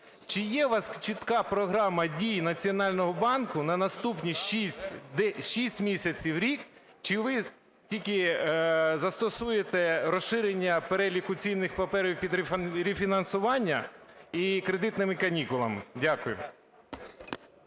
Чи є у вас чітка програма дій Національного банку на наступні 6 місяців, рік? Чи ви тільки застосуєте розширення переліку цінних паперів під рефінансування і кредитними канікулами? Дякую.